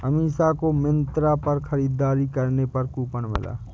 अमीषा को मिंत्रा पर खरीदारी करने पर कूपन मिला